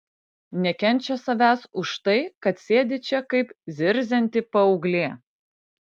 nekenčia savęs už tai kad sėdi čia kaip zirzianti paauglė